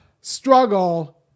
struggle